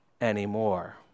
anymore